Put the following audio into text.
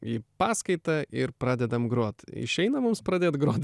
į paskaitą ir pradedam grot išeina mums pradėt grot